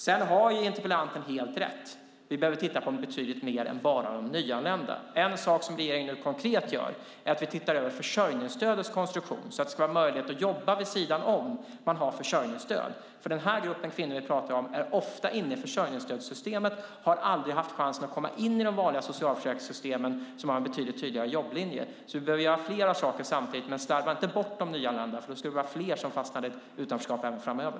Sedan har interpellanten helt rätt - vi behöver titta på betydligt mer än bara de nyanlända. En sak som regeringen nu konkret gör är att vi tittar över försörjningsstödets konstruktion så att det ska vara möjligt att jobba vid sidan om att man har försörjningsstöd. Den grupp kvinnor vi pratar om är nämligen ofta inne i försörjningsstödssystemet och har aldrig haft chansen att komma in i de vanliga socialförsäkringssystemen, som har en betydligt tydligare jobblinje. Vi behöver alltså göra flera saker samtidigt, men slarva inte bort de nyanlända! Då skulle vi ha fler som fastnade i ett utanförskap även framöver.